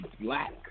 black